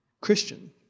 Christian